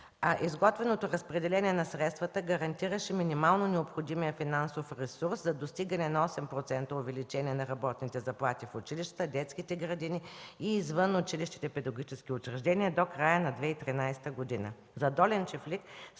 Изготвеното разпределение на средствата гарантираше минимално необходимия финансов ресурс за достигане на 8% увеличение на работните заплати в училищата, детските градини и извънучилищните педагогически учреждения до края на 2013 г.